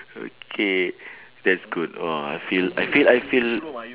okay that's good !wah! I feel I feel I feel